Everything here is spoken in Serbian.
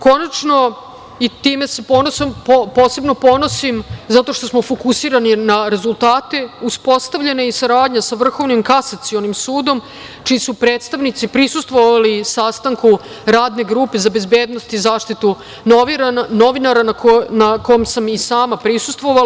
Konačno, i time se posebno ponosim, zato što smo fokusirani na rezultate, uspostavljena je i saradnja sa Vrhovnim kasacionim sudom, čiji su predstavnici prisustvovali sastanku Radne grupe za bezbednost i zaštitu novinara na kom sam i sama prisustvovala.